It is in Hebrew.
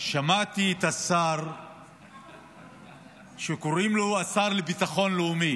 שמעתי את השר שקוראים לו השר לביטחון לאומי.